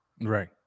right